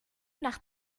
nach